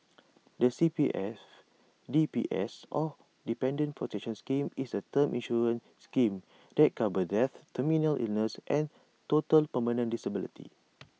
the C P F D P S or Dependants' protection scheme is A term insurance scheme that covers death terminal illness and total permanent disability